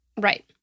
Right